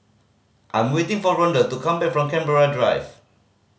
I'm waiting for Rondal to come back from Canberra Drive